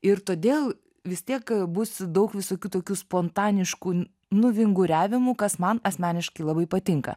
ir todėl vis tiek bus daug visokių tokių spontaniškų nuvinguriavimų kas man asmeniškai labai patinka